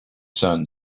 sun